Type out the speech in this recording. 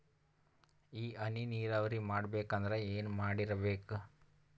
ಈ ಹನಿ ನೀರಾವರಿ ಮಾಡಬೇಕು ಅಂದ್ರ ಏನ್ ಮಾಡಿರಬೇಕು?